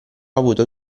avuto